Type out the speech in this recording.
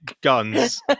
guns